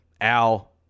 al